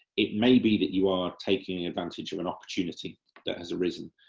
it may be that you are taking advantage of an opportunity that has arisen.